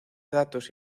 datos